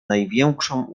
największą